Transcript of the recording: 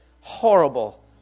horrible